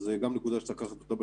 אז גם זו נקודה שצריך לקחת בחשבון.